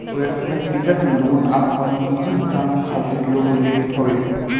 व्यक्तिगत लोन आपन निजी काम खातिर लोग लेत हवे